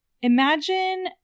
imagine